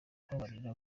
kubabarira